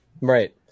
Right